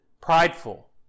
prideful